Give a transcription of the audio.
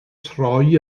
troi